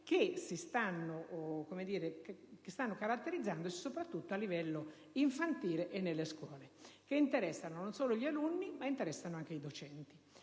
che stanno caratterizzandosi soprattutto a livello infantile e nelle scuole e che interessano non solo gli alunni ma anche i docenti.